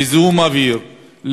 לזיהום אוויר,